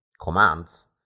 commands